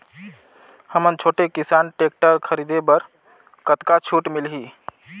हमन छोटे किसान टेक्टर खरीदे बर कतका छूट मिलही?